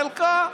חלקה,